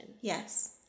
Yes